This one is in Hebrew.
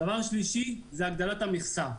דבר שלישי זה הגדלת המכסה.